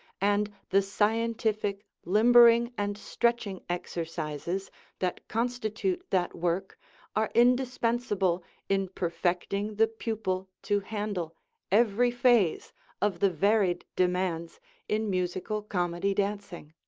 and the scientific limbering and stretching exercises that constitute that work are indispensable in perfecting the pupil to handle every phase of the varied demands in musical comedy dancing.